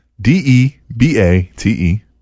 D-E-B-A-T-E